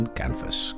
canvas